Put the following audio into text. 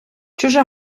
чуже